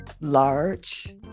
large